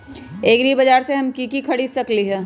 एग्रीबाजार से हम की की खरीद सकलियै ह?